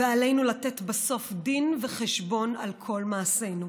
ועלינו לתת בסוף דין וחשבון על כל מעשינו.